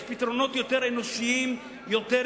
אז אני שואל, מה,